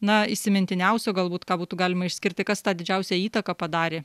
na įsimintiniausio galbūt ką būtų galima išskirti kas tą didžiausią įtaką padarė